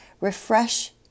refresh